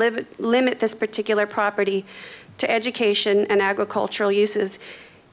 live limit this particular property to education and agricultural use is